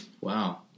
Wow